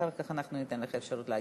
אחר כך ניתן לך אפשרות להגיב.